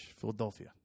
Philadelphia